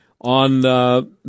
on